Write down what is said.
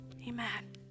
Amen